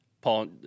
Paul